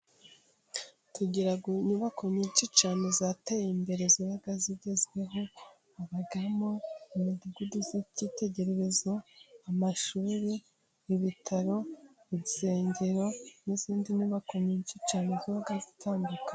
Tugira inyubako nyinshi cyane zateye imbere ziba zigezweho， habamo imidugudu y'ikitegererezo， amashuri， ibitaro，insengero n'izindi nyubako nyinshi cyane， ziba zitandukanye.